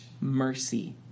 mercy